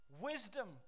Wisdom